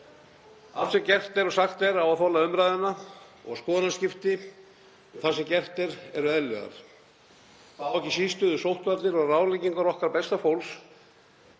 Allt sem gert er og sagt er á að þola umræðuna og skoðanaskipti um það sem gert er, eru eðlileg. Það á ekki síst við um sóttvarnir og ráðleggingar okkar besta fólks